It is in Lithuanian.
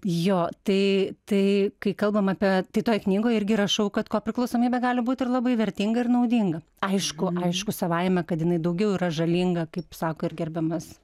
jo tai tai kai kalbam apie tai toj knygoj irgi rašau kad kopriklausomybė gali būt ir labai vertinga ir naudinga aišku aišku savaime kad jinai daugiau yra žalinga kaip sako ir gerbiamas